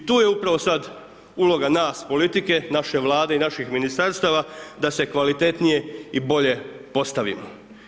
I tu je upravo sada uloga nas, politike naše Vlade i naših ministarstava da se kvalitetnije i bolje postavimo.